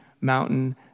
mountain